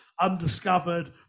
undiscovered